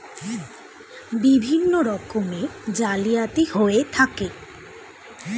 বিভিন্ন রকমের জালিয়াতি হয়ে থাকে